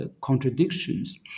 contradictions